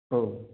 औ